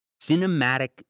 cinematic